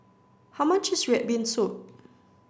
how much is Red Bean Soup